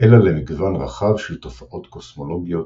אלא למגוון רחב של תופעות קוסמולוגיות,